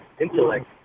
intellect